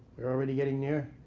we're already getting near?